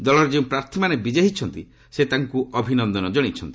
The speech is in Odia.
ଦଳର ଯେଉଁ ପ୍ରାର୍ଥୀମାନେ ବିଜୟୀ ହୋଇଛନ୍ତି ସେ ତାଙ୍କୁ ଅଭିନନ୍ଦନ ଜଣାଇଛନ୍ତି